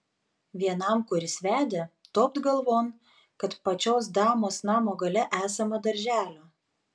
vienam kuris vedė topt galvon kad pačios damos namo gale esama darželio